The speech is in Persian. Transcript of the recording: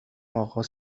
آغاز